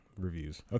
reviews